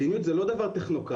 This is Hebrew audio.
מדיניות זה לא דבר טכנוקרטי.